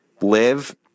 live